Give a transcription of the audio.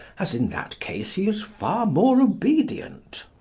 as in that case he is far more obedient.